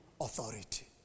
authority